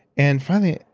and finally